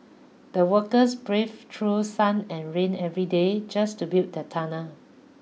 the workers braved through sun and rain every day just to build the tunnel